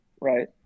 right